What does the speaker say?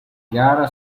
gara